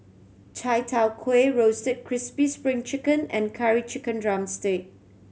Chai Tow Kuay Roasted Crispy Spring Chicken and Curry Chicken drumstick